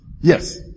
Yes